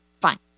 fine